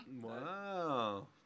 Wow